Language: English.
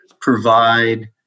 provide